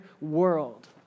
world